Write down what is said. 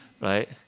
right